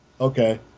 Okay